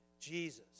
Jesus